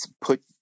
put